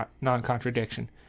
non-contradiction